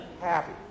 happy